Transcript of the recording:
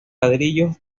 ladrillo